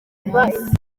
munsi